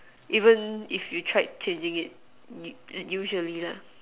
even if you tried changing it you usually lah